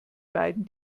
beiden